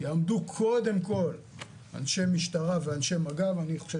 יעמדו קודם כל אנשי משטרה ואנשי מג"ב - אני חושב